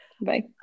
Bye